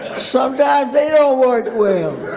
sometimes they don't work well.